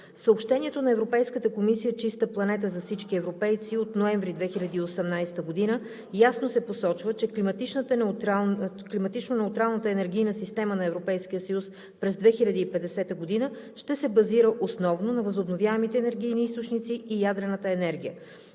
В съобщението на Европейската комисия „Чиста планета за всички европейци“ от ноември 2018 г. ясно се посочва, че климатично-неутралната енергийна система на Европейския съюз през 2050 г. ще се базира основно на възобновяемите енергийни източници и ядрената енергия.